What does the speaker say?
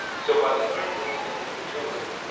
so by the time those things matured,